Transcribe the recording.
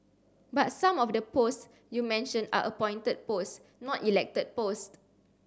but some of the posts you mentioned are appointed posts not elected posts